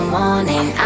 morning